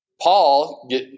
Paul